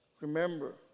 Remember